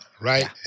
right